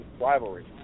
rivalry